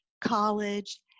college